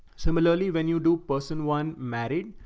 similarly, when you do person one married,